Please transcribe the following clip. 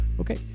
Okay